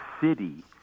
city